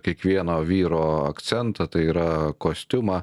kiekvieno vyro akcentą tai yra kostiumą